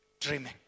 dreaming